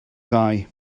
ddau